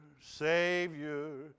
Savior